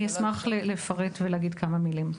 אני אשמח לפרט ולהגיד כמה מילים.